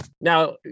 Now